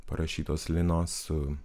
parašytos linos su